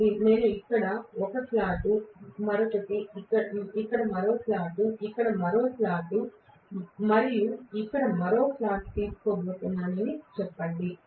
కాబట్టి నేను ఇక్కడ ఒక స్లాట్ ఇక్కడ మరో స్లాట్ ఇక్కడ మరో స్లాట్ మరియు ఇక్కడ మరొక స్లాట్ తీసుకోబోతున్నానని చెప్పండి